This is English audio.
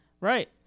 Right